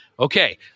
Okay